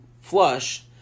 flush